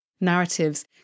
narratives